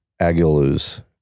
Aguiluz